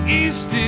east